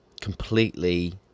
completely